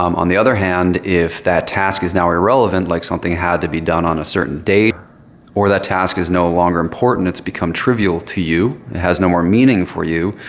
um on the other hand, if that task is now irrelevant like something had to be done on a certain date or that task is no longer important, it's become trivial to you, it has no more meaning for you,